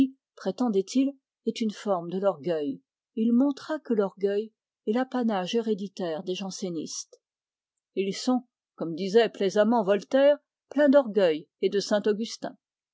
prétendait-il est une forme de l'orgueil et il montra que l'orgueil est l'apanage héréditaire des jansénistes il sont comme disait plaisamment voltaire plein d'orgueil et de